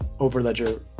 Overledger